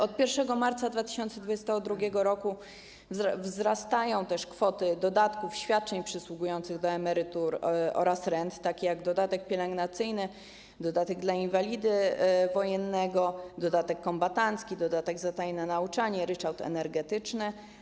Od 1 marca 2022 r. wzrastają też kwoty dodatków, świadczeń przysługujących do emerytur oraz rent, tj. dodatek pielęgnacyjny, dodatek dla inwalidy wojennego, dodatek kombatancki, dodatek za tajne nauczanie, ryczałt energetyczny.